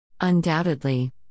Undoubtedly